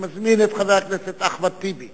אני מזמין את חבר הכנסת אחמד טיבי